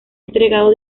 entregado